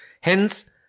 Hence